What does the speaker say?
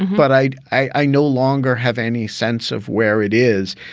but i i no longer have any sense of where it is.